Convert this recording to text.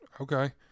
Okay